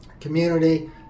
community